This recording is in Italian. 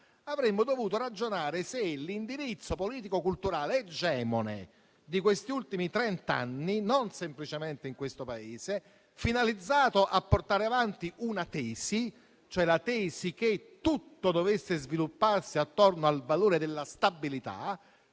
Avremmo dovuto ragionare se l'indirizzo politico culturale egemone degli ultimi trenta anni, non semplicemente in questo Paese, finalizzato a portare avanti la tesi che tutto dovesse svilupparsi attorno al valore della stabilità,